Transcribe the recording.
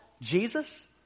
Jesus